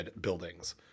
buildings